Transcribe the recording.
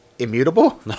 Immutable